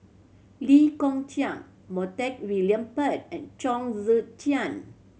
Lee Kong Chian Montague William Pett and Chong Tze Chien